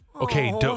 Okay